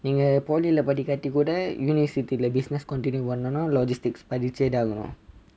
நீங்க:neenga poly இலெ படிக்காட்டி கூட:ile padikkaatti kooda university business continue பண்ணனும்னா:pannanumna logistics படிச்சே தான் ஆகணும்:padiche thaan aaganum